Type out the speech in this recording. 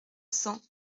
cents